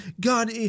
God